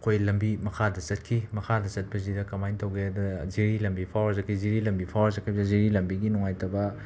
ꯑꯩꯈꯣꯏ ꯂꯝꯕꯤ ꯃꯈꯥꯗ ꯆꯠꯈꯤ ꯃꯈꯥꯗ ꯆꯠꯄꯁꯤꯗ ꯀꯃꯥꯏꯅ ꯇꯧꯒꯦꯗ ꯖꯤꯔꯤ ꯂꯝꯕꯤ ꯐꯥꯎꯔ ꯖ ꯖꯤꯔꯤ ꯂꯝꯕꯤ ꯐꯥꯎꯔ ꯖꯤꯔꯤ ꯂꯝꯕꯤꯒꯤ ꯅꯨꯡꯉꯥꯏꯇꯕ